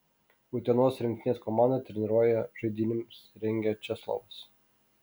utenos rinktinės komandą treniruoja žaidynėms rengia česlovas